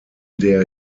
der